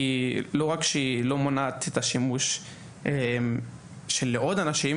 כי לא רק שהיא לא מונעת את השימוש של עוד אנשים